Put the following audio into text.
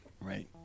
right